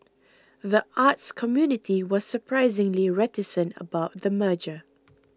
the arts community was surprisingly reticent about the merger